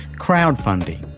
crowd funding,